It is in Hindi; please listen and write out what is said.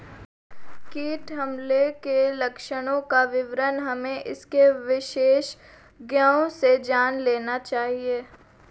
कीट हमले के लक्षणों का विवरण हमें इसके विशेषज्ञों से जान लेनी चाहिए